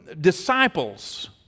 disciples